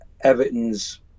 Everton's